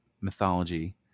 mythology